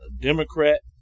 Democrat